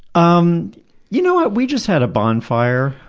um you know what, we just had a bonfire.